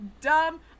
dumb